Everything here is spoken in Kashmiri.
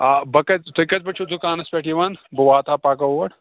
آ بہٕ کَتہِ تُہۍ کَتہِ پٮ۪ٹھ چھُو دُکانَس پٮ۪ٹھ یِوان بہٕ واتہٕ ہہ پگاہ اور